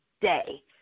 day